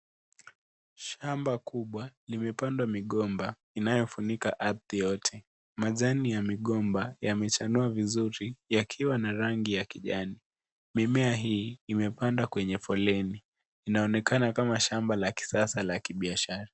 Shamba kubwa limepandwa migomba inayofunika arthi yote, majani ya migomba yamechanua vizuri yakiwa na rangi ya kijani. Mimea hii imepandwa kwenye foleni inaonekana kama shamba la kisasa la kibiashara.